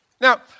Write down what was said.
Now